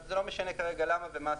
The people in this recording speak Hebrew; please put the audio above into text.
זה לא משנה כרגע למה ומה הסיבות,